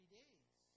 days